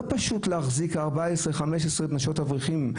לא פשוט להחזיק 14 15 נשות אברכים.